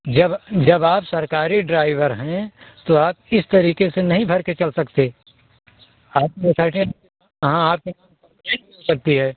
जब जब आप सरकारी ड्राइवर हैं तो आप इस तरीक़े से नही भरकर चल सकते आप नहीं चल सकती हैं